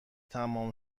تمام